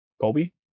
Colby